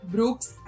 Brooks